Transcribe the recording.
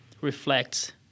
reflects